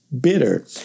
bitter